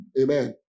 amen